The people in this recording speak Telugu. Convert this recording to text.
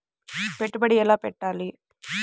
పెట్టుబడి ఎలా పెట్టాలి?